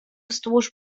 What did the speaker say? wzdłuż